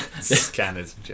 Scanners